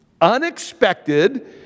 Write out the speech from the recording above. Unexpected